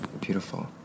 beautiful